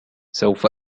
سوف